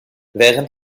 während